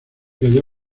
cayó